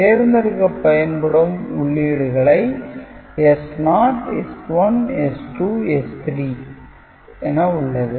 தேர்ந்தெடுக்கப் பயன்படும் உள்ளீடுகளை S0 S1 S2 S3 உள்ளது